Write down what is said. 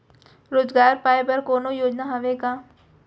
रोजगार पाए बर कोनो योजना हवय का?